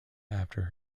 after